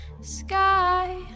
sky